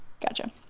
gotcha